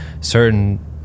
certain